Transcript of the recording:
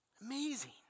Amazing